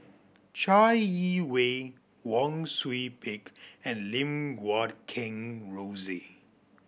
Chai Yee Wei Wang Sui Pick and Lim Guat Kheng Rosie